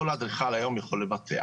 כל אדריכל היום יכול לבטח.